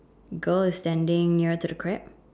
girl is standing nearer to the crab